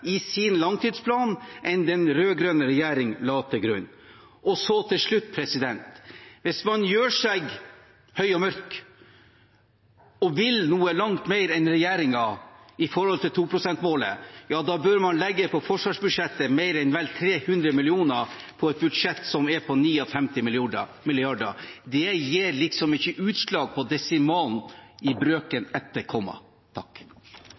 i sin langtidsplan enn den rød-grønne regjeringen la til grunn. Til slutt: Hvis man gjør seg høy og mørk og vil noe langt mer enn regjeringen når det gjelder 2-prosentmålet, bør man legge mer enn vel 300 mill. kr til et forsvarsbudsjett som er på 59 mrd. kr. Det gir liksom ikke utslag på desimalen i brøken